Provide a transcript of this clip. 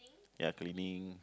ya training